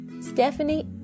Stephanie